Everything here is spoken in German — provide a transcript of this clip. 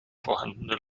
vorhandene